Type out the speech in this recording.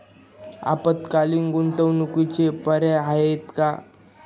अल्पकालीन गुंतवणूकीचे पर्याय आहेत का?